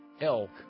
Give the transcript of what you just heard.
elk